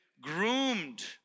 groomed